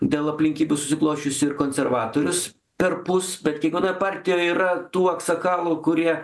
dėl aplinkybių susiklosčiusių ir konservatorius perpus bet kiekvienoj partijoj yra tų aksakalų kurie